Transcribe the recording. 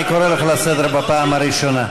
אני קורא אותך לסדר בפעם הראשונה.